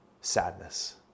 sadness